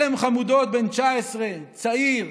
עלם חמודות בן 19, צעיר.